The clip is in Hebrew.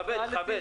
תכבד.